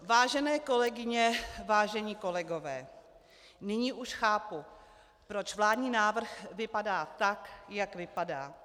Vážené kolegyně, vážení kolegové, nyní už chápu, proč vládní návrh vypadá tak, jak vypadá.